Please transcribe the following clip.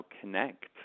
connect